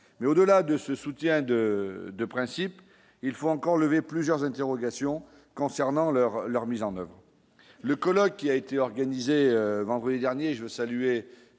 mais au-delà de ce soutien de de principe il faut encore levé plusieurs interrogations concernant leur leur mise en oeuvre le colloque qui a été organisée vendredi dernier : je veux saluer